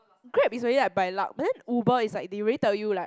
Grab is really like by luck but then Uber is like they already tell you like